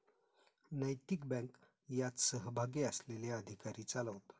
नैतिक बँक यात सहभागी असलेले अधिकारी चालवतात